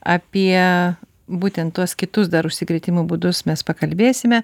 apie būtent tuos kitus dar užsikrėtimo būdus mes pakalbėsime